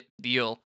deal